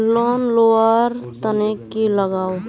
Loan लुवा र तने की लगाव?